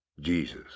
Jesus